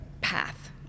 path